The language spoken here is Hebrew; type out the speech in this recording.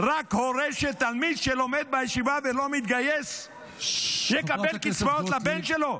רק הורה של תלמיד שלומד בישיבה ולא מתגייס יקבל קצבאות לבן שלו?